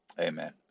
amen